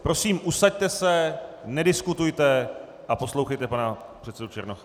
Prosím, usaďte se, nediskutujte a poslouchejte pana předsedu Černocha.